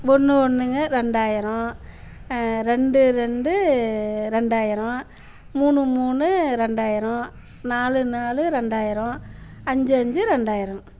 ஒன்று ஒன்றுங்க ரெண்டாயிரம் ரெண்டு ரெண்டு ரெண்டாயிரம் மூணு மூணு ரெண்டாயிரம் நாலு நாலு ரெண்டாயிரம் அஞ்சு அஞ்சு ரெண்டாயிரம்